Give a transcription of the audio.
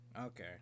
Okay